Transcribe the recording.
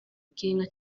bw’inka